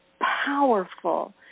powerful